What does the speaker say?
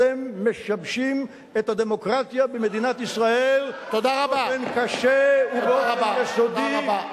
אתם משבשים את הדמוקרטיה במדינת ישראל באופן קשה ובאופן יסודי,